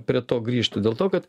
prie to grįžtu dėl to kad